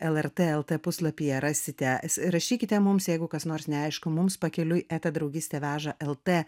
lrt lt puslapyje rasite rašykite mums jeigu kas nors neaišku mums pakeliui eta draugystė veža lt